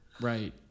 Right